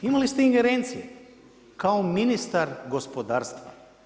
Imali ste ingerencije kao ministar gospodarstva.